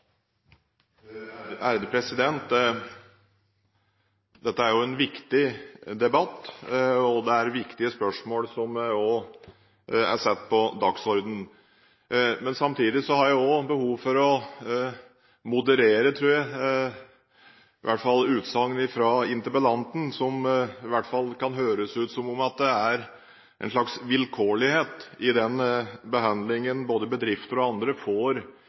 Dette er jo en viktig debatt, og det er viktige spørsmål som er satt på dagsordenen. Men samtidig har jeg et behov for å moderere, tror jeg, et utsagn fra interpellanten der det i hvert fall kunne høres ut som om det er en slags vilkårlighet i den behandlingen som både bedrifter og andre får